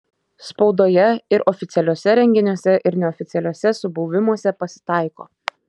spaudoje ir oficialiuose renginiuose ir neoficialiuose subuvimuose pasitaiko